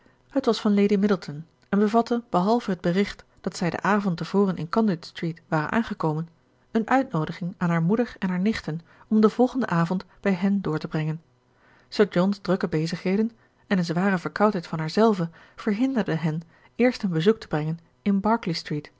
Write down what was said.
het was van lady middleton en bevatte behalve het bericht dat zij den avond te voren in conduit street waren aangekomen een uitnoodiging aan haar moeder en hare nichten om den volgenden avond bij hen door te brengen sir john's drukke bezigheden en een zware verkoudheid van haarzelve verhinderden hen eerst een bezoek te brengen in berkeley street